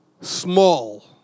Small